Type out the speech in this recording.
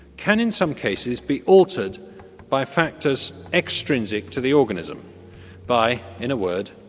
can in some cases be altered by factors extrinsic to the organism by, in a word,